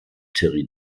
terry